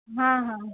हँ हँ